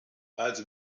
also